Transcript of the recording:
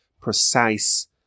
precise